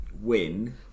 win